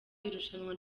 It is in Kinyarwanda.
irushanwa